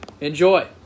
Enjoy